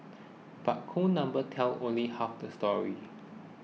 but cold numbers tell only half the story